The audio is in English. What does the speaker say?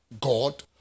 God